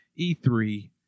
E3